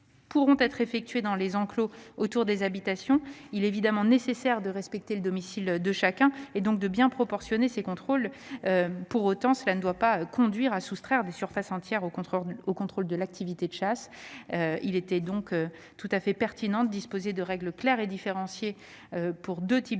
pourront être effectués dans les enclos autour des habitations. Il est évidemment nécessaire de respecter le domicile de chacun, donc de bien les proportionner. Pour autant, cela ne doit pas conduire à soustraire des surfaces entières au contrôle de l'activité de chasse. Il était donc pertinent de disposer de règles claires et différenciées pour deux types